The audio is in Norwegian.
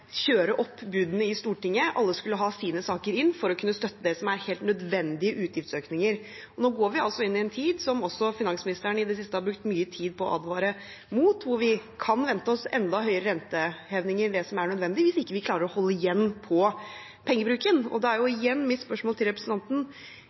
kjøre opp budene i Stortinget, og at alle skal ha sine saker inn for å kunne støtte det som er helt nødvendige utgiftsøkninger. Nå går vi altså inn i en tid, som også finansministeren i det siste har brukt mye tid på å advare mot, da vi kan vente oss enda høyere renteøkning enn det som er nødvendig, hvis vi ikke klarer å holde igjen på pengebruken. Og da er